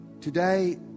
Today